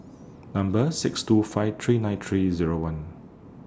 Number six two five three nine three Zero one